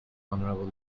honorable